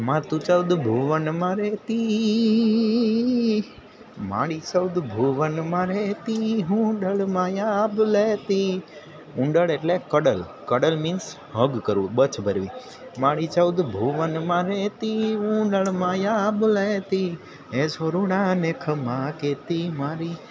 મા તું ચૌદ ભુવનમાં રહેતી માડી ચૌદ ભુવનમાં રહેતી હુંડળમાં આભ લેતી હુડળ એટલે કડલ કડલ મિન્સ હગ કરવું બથ ભરવી માડી ચૌદ ભુવનમાં રહેતી હુડળમાં આભ લેતી હે છોરુંડાને ખમ્મા કહેતી મારી